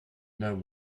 know